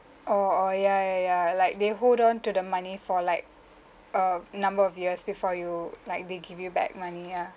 oh oh ya ya ya like they hold on to the money for like a number of years before you like they give you back money ah